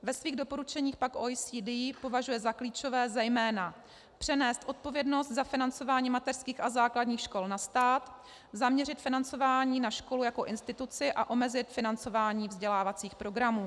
Ve svých doporučeních pak OECD považuje za klíčové zejména přenést odpovědnost za financování mateřských a základních škol na stát, zaměřit financování na školu jako instituci a omezit financování vzdělávacích programů.